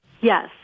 Yes